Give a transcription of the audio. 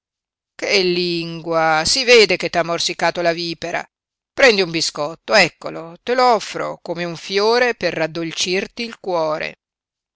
che lingua si vede che t'ha morsicato la vipera prendi un biscotto eccolo te l'offro come un fiore per raddolcirti il cuore